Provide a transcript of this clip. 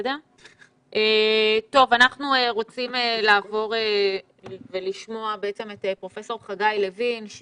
אנחנו רוצים לעבור לשמוע את פרופ' חגי לוין,